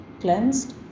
cleansed